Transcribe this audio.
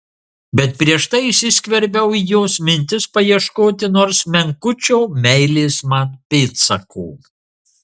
bet prieš tai įsiskverbiau į jos mintis paieškoti nors menkučio meilės man pėdsako